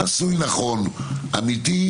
התשפ"ג 2022,